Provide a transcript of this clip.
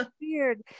weird